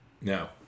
no